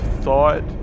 thought